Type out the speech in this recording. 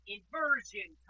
Inversion